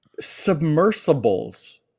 Submersibles